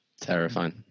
terrifying